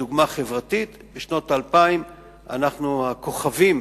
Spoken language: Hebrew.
כדוגמה חברתית, בשנות האלפיים אנחנו הכוכבים